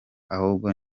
ahubwo